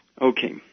Okay